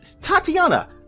Tatiana